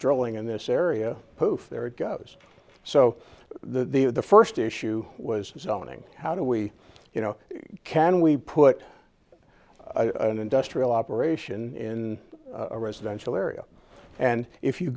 drilling in this area poof there it goes so the first issue was designing how do we you know can we put an industrial operation in a residential area and if you